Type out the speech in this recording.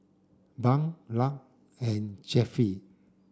Bunk Lark and Jeffie